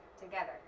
together